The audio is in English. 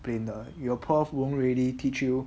plain 的 your prof won't really teach you